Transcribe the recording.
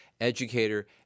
educator